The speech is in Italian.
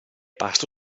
pasto